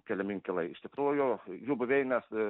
keliami inkilai iš tikrųjų jų buveinės